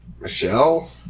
Michelle